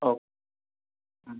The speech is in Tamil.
ஹலோ ம்